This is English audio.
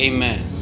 Amen